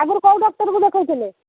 ଆଗରୁ କେଉଁ ଡକ୍ଟର୍କୁ ଦେଖାଉଥିଲେ